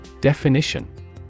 Definition